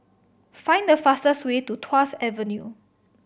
find the fastest way to Tuas Avenue